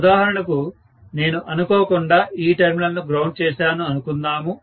ఉదాహరణకు నేను అనుకోకుండా ఈ టెర్మినల్ను గ్రౌండ్ చేశాను అనుకుందాము